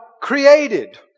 created